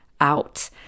out